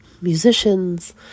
musicians